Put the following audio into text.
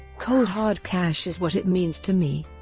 cold hard cash is what it means to me.